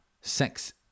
sex